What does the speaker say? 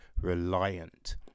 reliant